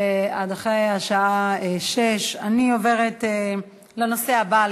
עד אחרי השעה 18:00. אני עוברת לנושא הבא בסדר-היום.